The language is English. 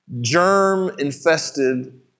germ-infested